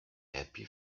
happy